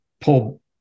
pull